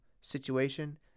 situation